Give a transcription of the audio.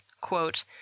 quote